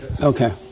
Okay